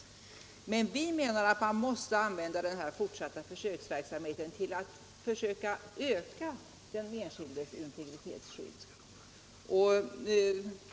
Vi menar emellertid att man måste använda den fortsatta försöksverksamheten till att öka den enskildes integritetsskydd.